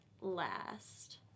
last